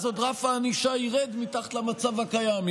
אז רף הענישה ירד עוד מתחת למצב הקיים.